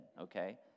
okay